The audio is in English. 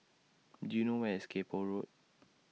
Do YOU know Where IS Kay Poh Road